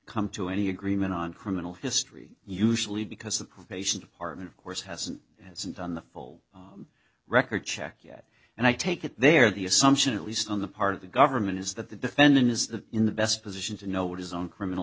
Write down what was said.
come to any agreement on criminal history usually because the probation department of course hasn't done the full record check yet and i take it there the assumption at least on the part of the government is that the defendant is in the best position to know what his own criminal